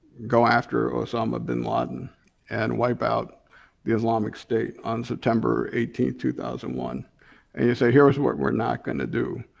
go after osama bin laden and wipe out the islamic state on september eighteen, two thousand and one and you say here's what we're not gonna do.